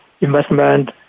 investment